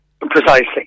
Precisely